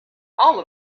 all